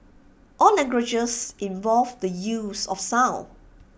all languages involve the use of sound